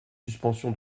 suspension